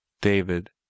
David